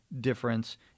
difference